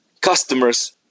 customers